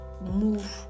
move